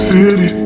City